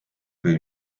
pidi